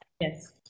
Yes